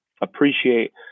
appreciate